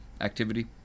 activity